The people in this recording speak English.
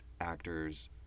actors